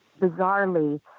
bizarrely